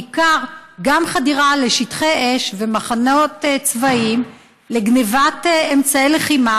ובעיקר גם חדירה לשטחי אש ומחנות צבאיים לגנבת אמצעי לחימה,